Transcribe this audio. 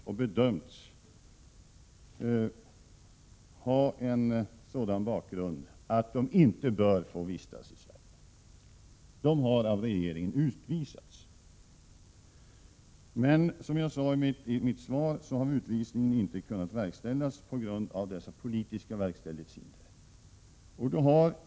De har bedömts ha en sådan bakgrund att de inte bör få vistas i Sverige och de har utvisats av regeringen. Som jag sade i mitt svar har dock utvisning inte kunnat verkställas på grund av politiska verkställighetshinder.